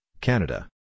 Canada